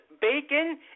bacon